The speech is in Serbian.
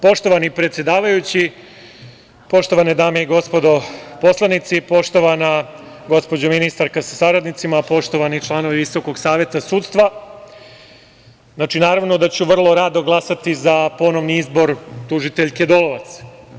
Poštovani predsedavajući, poštovane dame i gospodo narodni poslanici, poštovana gospođo ministarka sa saradnicima, poštovani članovi Visokog saveta sudstva, naravno da ću vrlo rado glasati za ponovni izbor tužiteljke Dolovac.